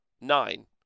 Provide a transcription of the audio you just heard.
Nine